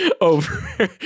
over